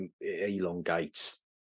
elongates